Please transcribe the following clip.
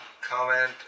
comment